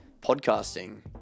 podcasting